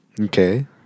Okay